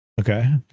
Okay